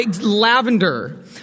Lavender